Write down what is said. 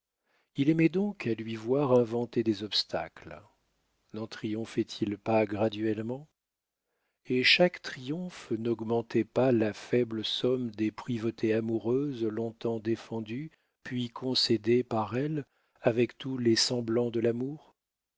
il aimait donc à lui voir inventer des obstacles n'en triomphait il pas graduellement et chaque triomphe naugmentait il pas la faible somme des privautés amoureuses long-temps défendues puis concédées par elle avec tous les semblants de l'amour